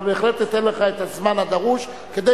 אבל בהחלט אתן לך את הזמן הדרוש כדי